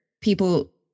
people